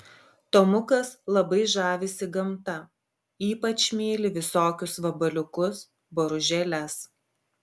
tomukas labai žavisi gamta ypač myli visokius vabaliukus boružėles